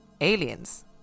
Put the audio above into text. aliens